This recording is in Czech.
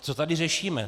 Co tady řešíme?